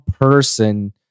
person